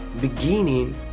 beginning